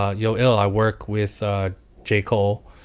ah yo, ill, i work with ah j. cole.